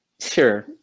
Sure